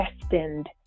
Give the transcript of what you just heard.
destined